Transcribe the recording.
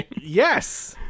Yes